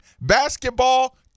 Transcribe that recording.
basketball